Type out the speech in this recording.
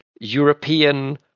European